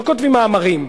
לא כותבים מאמרים.